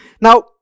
Now